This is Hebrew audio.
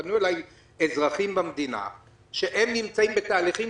שפנו אליי אזרחים במדינה שנמצאים בתהליכים